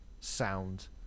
sound